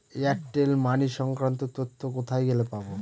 Airtel money সংক্রান্ত তথ্য কোথায় গেলে পাব?